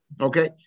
okay